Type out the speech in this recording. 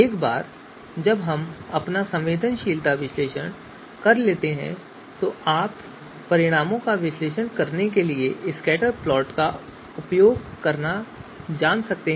एक बार जब हम अपना संवेदनशीलता विश्लेषण कर लेते हैं तो आप परिणामों का विश्लेषण करने के लिए स्कैटरप्लॉट का उपयोग करना जान सकते हैं